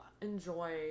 enjoy